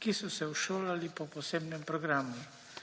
ki so se šolali po posebnem programu,